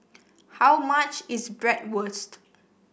how much is Bratwurst